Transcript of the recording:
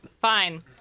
Fine